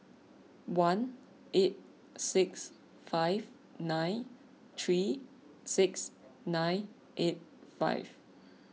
one eight six five nine three six nine eight five